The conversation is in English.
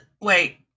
Wait